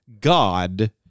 God